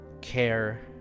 Care